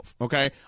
Okay